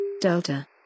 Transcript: Delta